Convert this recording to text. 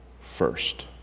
first